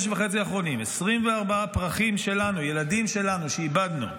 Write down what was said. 24 פרחים שלנו, ילדים שלנו שאיבדנו.